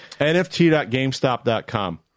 NFT.gamestop.com